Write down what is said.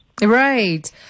Right